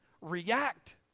React